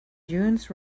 dunes